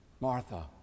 Martha